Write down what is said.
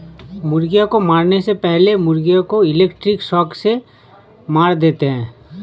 मुर्गियों को मारने से पहले मुर्गियों को इलेक्ट्रिक शॉक से मार देते हैं